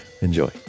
Enjoy